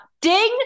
ding